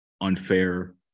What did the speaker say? unfair